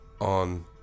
on